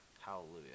Hallelujah